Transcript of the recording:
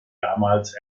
damals